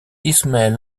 ismaël